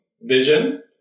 vision